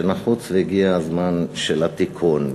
שנחוץ והגיע הזמן של התיקון,